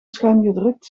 schuingedrukt